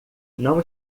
não